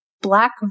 black